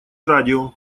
радио